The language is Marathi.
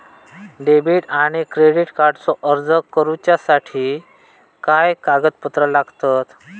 डेबिट आणि क्रेडिट कार्डचो अर्ज करुच्यासाठी काय कागदपत्र लागतत?